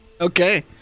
Okay